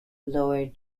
lower